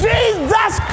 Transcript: Jesus